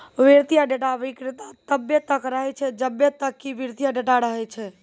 वित्तीय डेटा विक्रेता तब्बे तक रहै छै जब्बे तक कि वित्तीय डेटा रहै छै